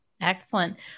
Excellent